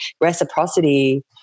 reciprocity